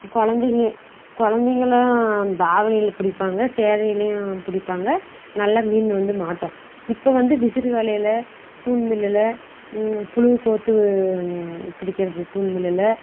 குழந்தைங்க குழந்தைங்கெல்லாம் தாவணியில் படிப்பாங்க ஸேரீலையும் படிப்பாங்க நல்லா மீன் வந்து மாட்டும் இப்போ வந்து விசிறி வலையில் தூண்டிமுள்ளுல புழுக்கோர்த்து பிடிக்குறது தூண்டிமுள்ளில்